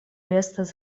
estas